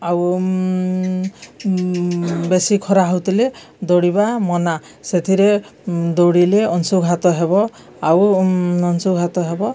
ଆଉ ବେଶୀ ଖରା ହଉଥିଲେ ଦୌଡ଼ିବା ମନା ସେଥିରେ ଦୌଡ଼ିଲେ ଅଂଶୁଘାତ ହେବ ଆଉ ଅଂଶୁଘାତ ହେବ